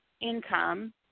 income